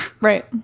Right